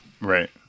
Right